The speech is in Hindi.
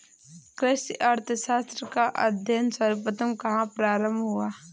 कृषि अर्थशास्त्र का अध्ययन सर्वप्रथम कहां प्रारंभ हुआ?